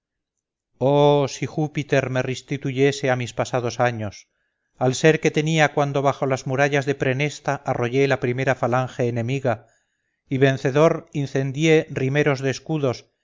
llanto y exclama oh si júpiter me restituyese a mis pasados años al ser que tenía cuando bajo las murallas de prenesta arrollé la primera falange enemiga y vencedor incendié rimeros de escudos